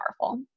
powerful